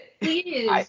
Please